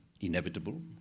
inevitable